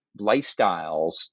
lifestyles